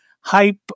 hype